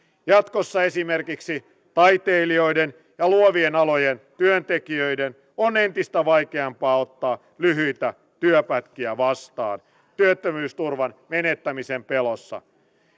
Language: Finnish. jatkossa esimerkiksi taitelijoiden ja luovien alojen työntekijöiden on entistä vaikeampaa ottaa lyhyitä työpätkiä vastaan työttömyysturvan menettämisen pelossa